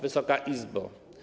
Wysoka Izbo!